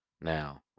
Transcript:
now